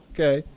Okay